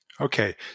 Okay